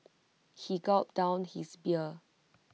he gulped down his beer